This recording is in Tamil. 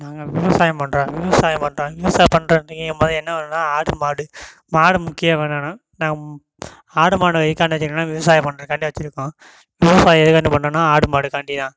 நாங்கள் விவசாயம் பண்ணுறோம் விவசாயம் பண்ணுறோம் விவசாயம் பண்ணுற அன்றைக்கி மொதல் என்ன வேணுன்னால் ஆடு மாடு மாடு முக்கியமாக வேணும் ஆடு மாடு எதுக்காண்டி வச்சிருக்கோன்னால் விவசாயம் பண்ணுறக்காண்டி வச்சிருக்கோம் விவசாயம் எதுக்காக பண்ணுறோன்னா ஆடு மாடுக்காண்டி தான்